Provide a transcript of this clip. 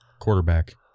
quarterback